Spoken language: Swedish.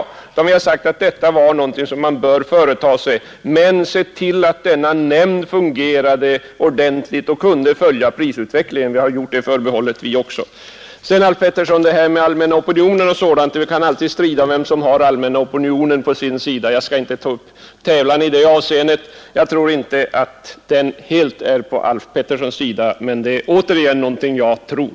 Utskottet har sagt att detta är någonting som man bör företa sig, men man bör se till att denna nämnd fungerar ordentligt och kan följa prisutvecklingen. Man kan alltid strida — herr Alf Pettersson — om vem som har den allmänna opinionen på sin sida. Jag skall inte ta upp någon tävlan i det avseendet. Jag tror dock inte att den är helt på herr Alf Petterssons sida. Men det är återigen någonting som jag tror.